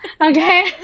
okay